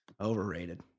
Overrated